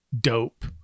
dope